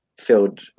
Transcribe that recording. filled